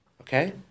okay